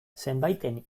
zenbaiten